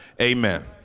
Amen